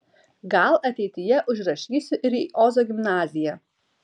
gal ateityje užrašysiu ir į ozo gimnaziją